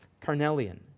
carnelian